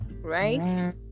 Right